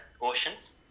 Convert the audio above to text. oceans